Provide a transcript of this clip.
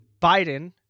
Biden